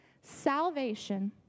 Salvation